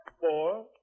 Four